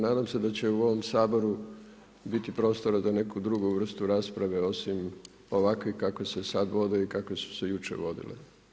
Nadam se da će u ovom Saboru biti prostora za neku drugu vrstu rasprave osim ovakvih kakve se sada vode i kakve su se jučer vodile.